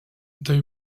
they